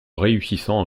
réussissant